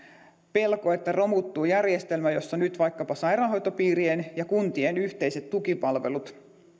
pelko että romuttuu järjestelmä jossa on nyt vaikkapa sairaanhoitopiirien ja kuntien yhteiset tukipalvelut